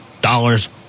Dollars